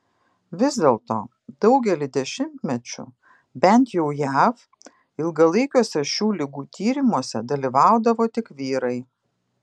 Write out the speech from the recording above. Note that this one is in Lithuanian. vis dėlto daugelį dešimtmečių bent jau jav ilgalaikiuose šių ligų tyrimuose dalyvaudavo tik vyrai